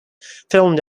filmed